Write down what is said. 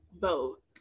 vote